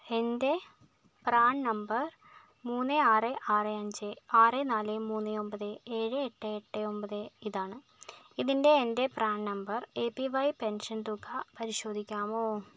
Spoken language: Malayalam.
എന്റെ പ്രാൻ നമ്പർ മൂന്ന് ആറ് ആറ് അഞ്ച് ആറ് നാല് മൂന്ന് ഒമ്പത് ഏഴ് എട്ട് എട്ട് ഒമ്പത് ഇതാണ് ഇതിന്റെ എന്റെ PRAN number A P Y pension തുക പരിശോധിക്കാമോ